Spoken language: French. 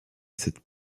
cette